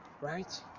right